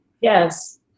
Yes